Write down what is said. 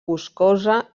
boscosa